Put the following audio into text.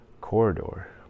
corridor